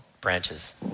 branches